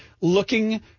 looking